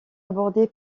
aborder